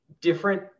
different